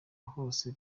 hose